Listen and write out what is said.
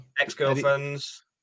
Ex-girlfriends